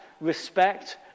respect